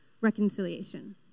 reconciliation